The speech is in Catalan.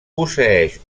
posseeix